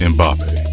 Mbappe